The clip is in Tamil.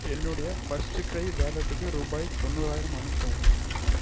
என்னுடைய ஃபஸ்ட்க்ரை வாலெட்டுக்கு ரூபாய் தொண்ணூறாயிரம் அனுப்பவும்